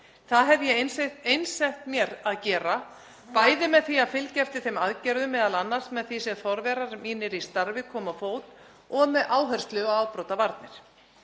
Það hef ég einsett mér að gera með því að fylgja eftir þeim aðgerðum, m.a. með því sem forverar mínir í starfi komu á fót, og með áherslu á afbrotavarnir.